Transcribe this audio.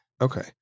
Okay